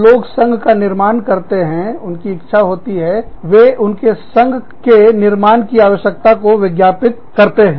जब लोग संघ का निर्माण करते हैं उनकी इच्छा होती है वे उनके संघ की निर्माण की आवश्यकता को विज्ञापित करते हैं